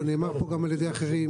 או נאמר פה על ידי אחרים,